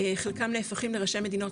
חלקם נהפכים לראשי מדינות,